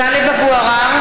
(קוראת בשמות חברי הכנסת) טלב אבו עראר,